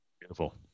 Beautiful